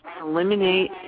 eliminate